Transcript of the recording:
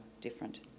different